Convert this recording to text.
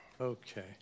Okay